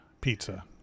pizza